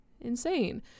insane